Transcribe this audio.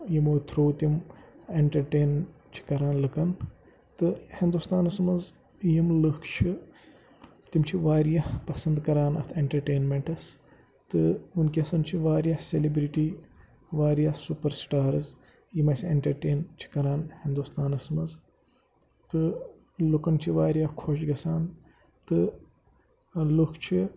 یِمو تھرٛوٗ تِم اٮ۪نٹَرٹین چھِ کَران لُکَن تہٕ ہِندُستانَس منٛز یِم لٕکھ چھِ تِم چھِ واریاہ پَسنٛد کَران اَتھ اٮ۪نٹَرٹینمٮ۪نٛٹَس تہٕ وٕنکٮ۪سَن چھِ واریاہ سیٚلبرِٹی واریاہ سُپَر سِٹارٕز یِم اَسہِ اٮ۪نٹَرٹین چھِ کَران ہِندوستانَس منٛز تہٕ لُکَن چھِ واریاہ خۄش گَژھان تہٕ لُکھ چھِ